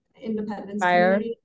independence